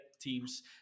teams